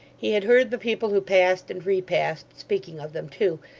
he had heard the people who passed and repassed, speaking of them too,